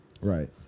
Right